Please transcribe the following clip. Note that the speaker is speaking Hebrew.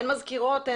אין מזכירות?